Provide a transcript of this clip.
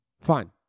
Fine